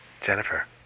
Jennifer